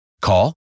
call